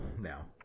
now